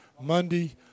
Monday